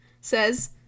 says